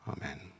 amen